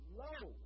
low